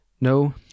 No